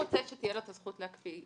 הציבור רוצה שתהיה לו את הזכות להקפיא.